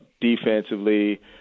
Defensively